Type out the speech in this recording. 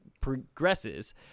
progresses